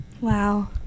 Wow